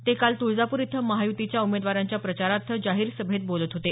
ते काल तुळजापूर इथं महायुतीच्या उमेदवारांच्या प्रचारार्थ जाहीर सभेत बोलत होते